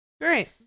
Great